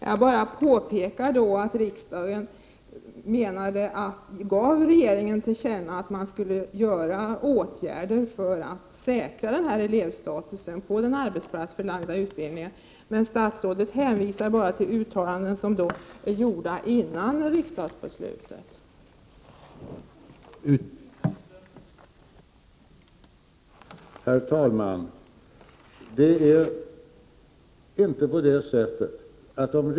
Herr talman! Jag vill bara framhålla att riksdagen gav regeringen till känna att det behövdes åtgärder för att säkra elevstatusen inom den arbetsplatsför lagda utbildningen. Men statsrådet hänvisar bara till uttalanden som gjordes innan riksdagsbeslutet fattades.